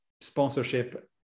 sponsorship